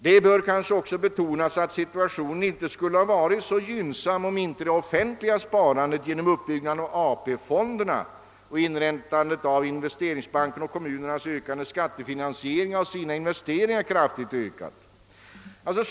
Det bör kanske också betonas att situationen inte skulle ha varit lika gynnsam om inte det offentliga sparandet genom uppbyggandet av AP-fonderna och inrättandet av investeringsbanken samt kommunernas ökande skattefinansiering av sina investeringar kraftigt hade utvidgats.